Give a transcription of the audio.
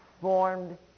formed